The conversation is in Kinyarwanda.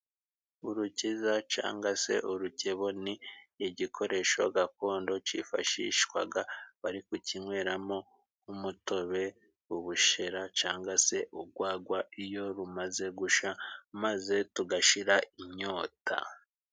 Urukiza cangwa se urukebo ni igikoresho gakondo cifashishwaga bari kukinweramo nk'umutobe, ubushera cangwa se urwagwa iyo rumaze gusha, maze tugashira inyota.